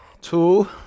Two